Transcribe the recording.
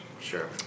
Sure